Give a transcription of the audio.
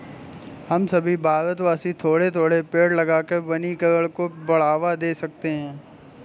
हम सभी भारतवासी थोड़े थोड़े पेड़ लगाकर वनीकरण को बढ़ावा दे सकते हैं